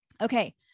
Okay